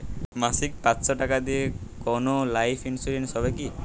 মাসিক পাঁচশো টাকা দিয়ে কোনো লাইফ ইন্সুরেন্স হবে কি?